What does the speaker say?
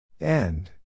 End